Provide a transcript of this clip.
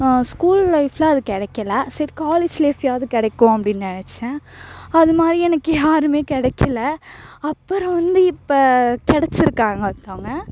school லைஃப்பில் அது கிடைக்கல சரி காலேஜ் லைஃப்லேயாவது கிடைக்கும் அப்டின்னு நெனைச்சேன் அதுமாதிரி எனக்கு யாரும் கெடைக்கில அப்பறம் வந்து இப்போ கெடைச்சிருக்காங்க ஒருத்தங்க